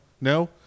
No